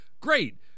great